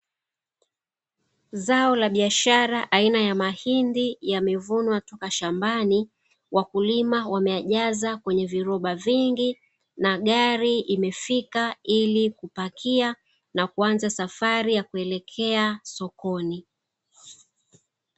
Zao la biashara aina ya mahindi yamevunwa toka shambani wakulima wameyajaza kwenye viroba vingi na gari imefika ili kupakia na kuanza safari ya kuelekea sokoni.